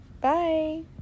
Bye